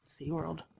SeaWorld